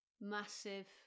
Massive